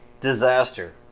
Disaster